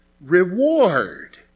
reward